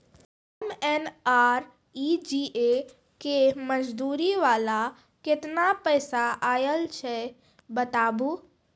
MNREGA के मज़दूरी वाला केतना पैसा आयल छै बताबू?